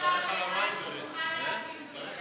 ומשפט להכנה לקריאה שנייה ושלישית.